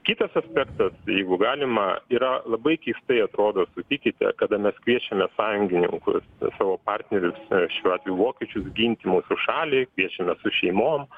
kitas aspektas jeigu galima yra labai keistai atrodo sutikite kada mes kviečiame sąjungininkus savo partnerius šiuo atveju vokiečius ginti mūsų šalį kviečiame su šeimom